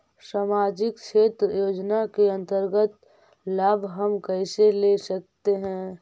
समाजिक क्षेत्र योजना के अंतर्गत लाभ हम कैसे ले सकतें हैं?